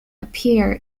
appear